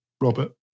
Robert